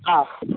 हा